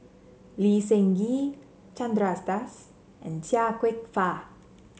Lee Seng Gee Chandra Das and Chia Kwek Fah